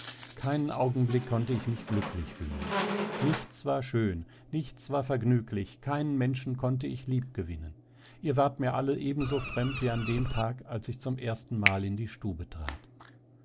keinen augenblick konnte ich mich glücklich fühlen nichts war schön nichts war vergnüglich keinen menschen konnte ich liebgewinnen ihr wart mir alle ebenso fremd wie an dem tag als ich zum ersten male in die stube trat